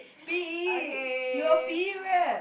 P_E you're P_E rep